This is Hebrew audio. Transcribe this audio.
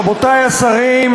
רבותי השרים,